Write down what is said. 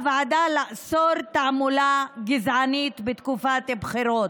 לאסור תעמולה גזענית בתקופת בחירות.